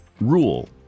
rule